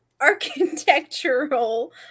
architectural